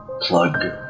Plug